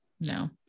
No